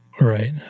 Right